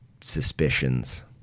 suspicions